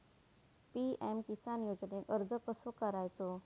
PM Kisan योजनेक अर्ज कसो करायचो?